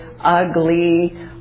ugly